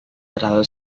terlalu